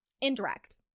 indirect